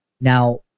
now